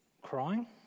crying